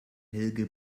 helge